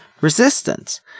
resistance